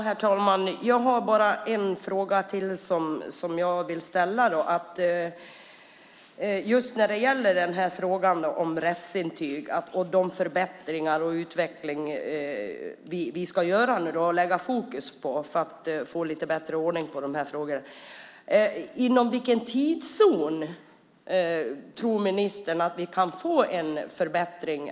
Herr talman! Jag har bara en fråga till som jag vill ställa. Det gäller rättsintygen och de förbättringar som nu ska göras och den utveckling som det nu ska sättas fokus på för att få lite bättre ordning på dessa frågor. Inom vilken tidsram tror ministern att vi kan få en förbättring?